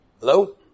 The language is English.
Hello